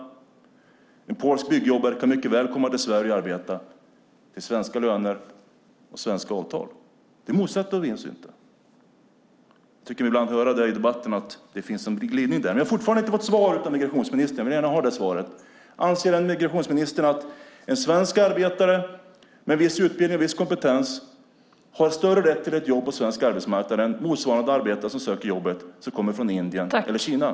En polsk byggjobbare kan mycket väl komma till Sverige och arbeta för svenska löner och enligt svenska avtal. Det motsätter vi oss inte. Jag tycker mig ibland höra i debatten att det finns en glidning där. Jag har fortfarande inte fått svar av migrationsministern. Jag vill gärna ha det. Anser migrationsministern att en svensk arbetare med viss utbildning och kompetens har större rätt till ett jobb på svensk arbetsmarknad än motsvarande arbetare från Indien eller Kina som söker jobbet?